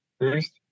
first